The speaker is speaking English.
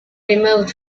removed